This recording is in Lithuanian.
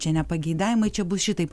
čia ne pageidavimai čia bus šitaip